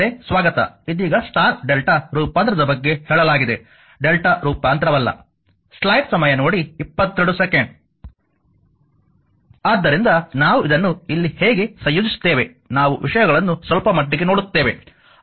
ಮತ್ತೆ ಸ್ವಾಗತ ಇದೀಗ ಸ್ಟಾರ್ Δ ರೂಪಾಂತರದ ಬಗ್ಗೆ ಹೇಳಲಾಗಿದೆ Δ ರೂಪಾಂತರವಲ್ಲ ಆದ್ದರಿಂದ ನಾವು ಇದನ್ನು ಇಲ್ಲಿ ಹೇಗೆ ಸಂಯೋಜಿಸುತ್ತೇವೆ ನಾವು ವಿಷಯಗಳನ್ನು ಸ್ವಲ್ಪಮಟ್ಟಿಗೆ ನೋಡುತ್ತೇವೆ